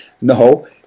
No